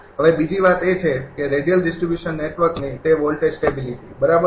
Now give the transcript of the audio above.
હવે બીજી વાત એ છે કે રેડિયલ ડિસ્ટ્રિબ્યુશન નેટવર્કની તે વોલ્ટેજ સ્ટેબિલીટી બરાબર